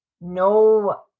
no